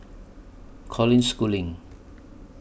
Colin Schooling